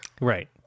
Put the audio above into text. right